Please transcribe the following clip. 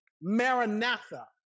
Maranatha